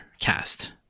cast